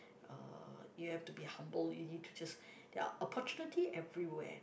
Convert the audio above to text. uh you have to be humble you need to just there are opportunity everywhere